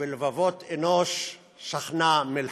ובלבבות אנוש שכנה המלחמה".